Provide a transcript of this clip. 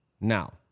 Now